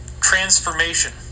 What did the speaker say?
transformation